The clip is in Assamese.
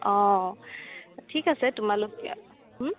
অঁ ঠিক আছে তোমালোক